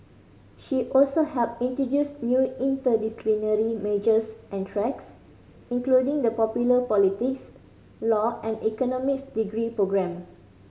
she also helped introduce new interdisciplinary majors and tracks including the popular politics law and economics degree programme